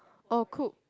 oh Coop